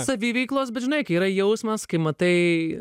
saviveiklos bet žinai kai yra jausmas kai matai